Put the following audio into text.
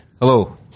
Hello